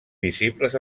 visibles